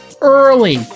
Early